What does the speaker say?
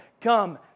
Come